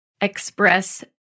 express